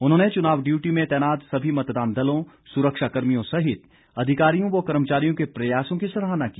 उन्होंने चुनाव ड्यूटी में तैनात सभी मतदान दलों सुरक्षा कर्मियों सहित अधिकारियों व कर्मचारियों के प्रयासों की सराहना की